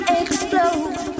explode